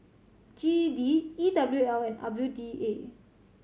G E D E W L and W D A